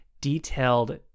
detailed